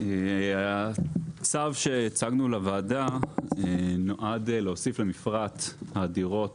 הצו שהצגנו לוועדה נועד להוסיף למפרט הדירות